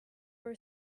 were